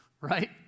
Right